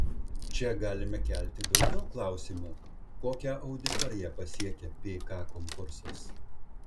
čia galime kelti daugiau klausimų kokią auditoriją pasiekia pk konkursas